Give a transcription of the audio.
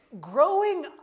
Growing